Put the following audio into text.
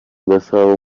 gasabo